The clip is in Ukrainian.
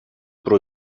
про